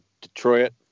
Detroit